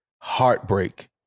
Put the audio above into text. heartbreak